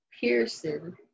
Pearson